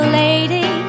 lady